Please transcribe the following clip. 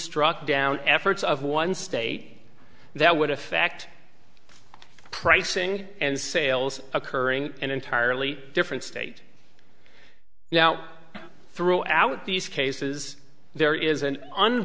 struck down efforts of one state that would affect pricing and sales occurring in entirely different state now throughout these cases there is an